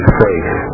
faith